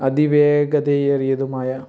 അതിവേഗതയേറിയതുമായ